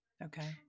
Okay